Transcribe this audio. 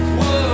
whoa